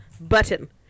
Button